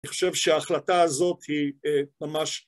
אני חושב שההחלטה הזאת היא ממש...